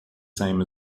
same